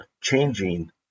changing